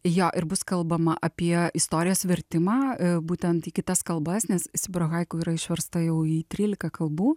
jo ir bus kalbama apie istorijos vertimą būtent į kitas kalbas nes sibiro haiku yra išversta jau į trylika kalbų